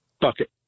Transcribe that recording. bucket